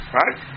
right